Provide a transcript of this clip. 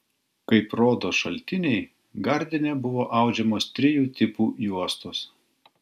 kaip rodo šaltiniai gardine buvo audžiamos trijų tipų juostos